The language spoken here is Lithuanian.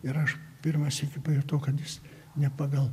ir aš pirmą sykį pajutau kad jis ne pagal